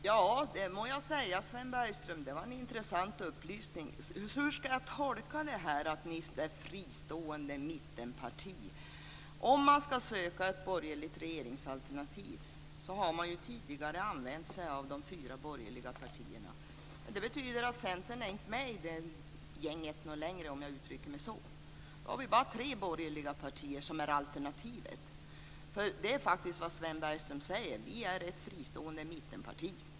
Herr talman! Ja, det må jag säga, det var en intressant upplysning. Hur ska jag tolka detta med fristående mittenparti? Om man ska söka ett borgerligt regeringsalternativ har man tidigare använt sig av de fyra borgerliga partierna. Det betyder att Centern inte är med i det gänget längre, om jag uttrycker mig så. Då finns det bara tre borgerliga partier som utgör alternativet. Det är faktiskt det som Sven Bergström säger: "Vi är ett fristående mittenparti."